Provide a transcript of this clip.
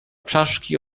czaszki